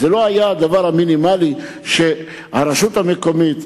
זה לא היה הדבר המינימלי שהרשות המקומית,